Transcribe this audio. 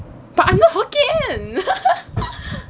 but I'm not hokkien